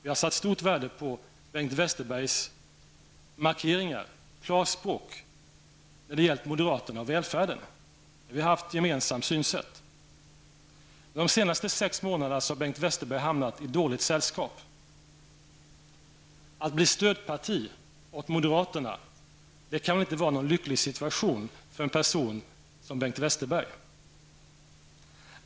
Jag har satt stort värde på Bengt Westerbergs markeringar och klara språk när det gäller moderaterna och välfärden. Vi har haft gemensam syn. Men under de senaste sex månaderna har Bengt Westerberg hamnat i dåligt sällskap. Att bli stödparti åt moderaterna kan väl inte vara en lycklig situation för en person som Bengt Westerberg.